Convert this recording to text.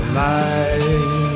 light